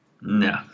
No